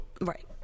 Right